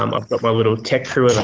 um i've got my little tech crew, as i